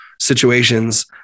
situations